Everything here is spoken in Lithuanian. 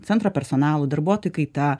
centro personalu darbuotojų kaita